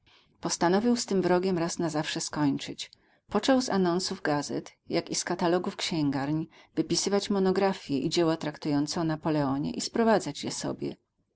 postanowił z tym wrogiem raz na zawsze skończyć począł z anonsów gazet jak i z katalogów księgarń wypisywać monografie i dzieła traktujące o napoleonie i sprowadzać je sobie